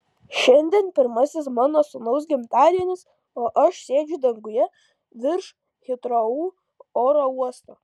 šiandien pirmasis mano sūnaus gimtadienis o aš sėdžiu danguje virš hitrou oro uosto